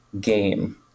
game